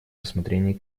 рассмотрении